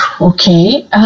okay